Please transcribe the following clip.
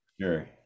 Sure